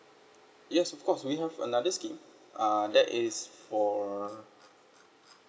yes of course we have another scheme uh that is for